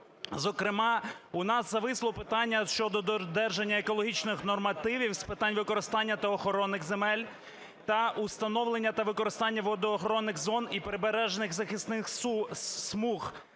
Зокрема, у нас зависло питання щодо додержання екологічних нормативів з питань використання та охорони земель та установлення та використання водоохоронних зон і прибережних захисних смуг,